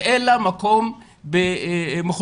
ואין לה מקום במחוזותינו.